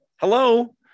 hello